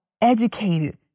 educated